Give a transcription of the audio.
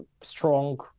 strong